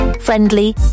friendly